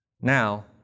Now